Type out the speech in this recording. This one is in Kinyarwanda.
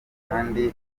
kandi